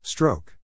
Stroke